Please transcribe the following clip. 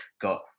got